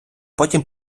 потім